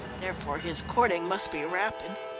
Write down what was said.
therefore his courting must be rapid.